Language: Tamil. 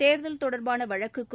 தோ்தல் தொடா்பான வழக்குக்கும்